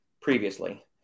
previously